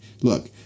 Look